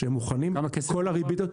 שהם מוכנים, כל הריבית.